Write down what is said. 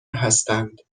هستند